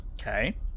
Okay